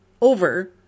over